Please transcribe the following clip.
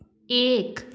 एक